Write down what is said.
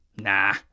Nah